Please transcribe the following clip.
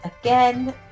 Again